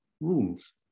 rules